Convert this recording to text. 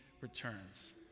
returns